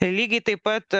lygiai taip pat